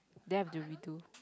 then I've to redo